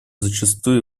зачастую